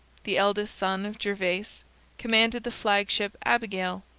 the eldest son of gervase, commanded the flagship abigail,